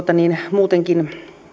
muutenkin